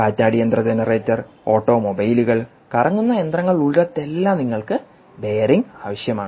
കാറ്റാടിയന്ത്ര generator ഓട്ടോമൊബൈലുകൾ കറങ്ങുന്ന യന്ത്രങ്ങൾ ഉള്ളിടത്തെല്ലാം നിങ്ങൾക്ക് ബെയറിംഗ് ആവശ്യമാണ്